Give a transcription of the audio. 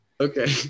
Okay